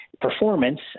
performance